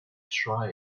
try